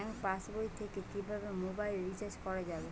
Bank পাশবই থেকে কিভাবে মোবাইল রিচার্জ করা যাবে?